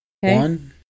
One